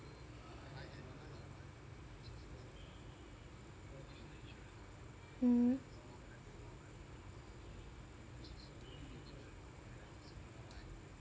mmhmm